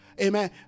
amen